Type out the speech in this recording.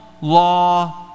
law